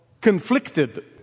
conflicted